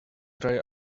dry